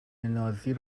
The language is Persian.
نازی